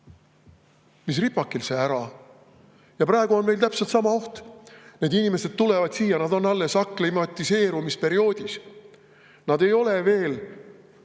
Mis ripakil, see ära. Ja praegu on meil täpselt sama oht. Need inimesed tulevad siia, nad on alles aklimatiseerumise perioodis. Nad ei ole veel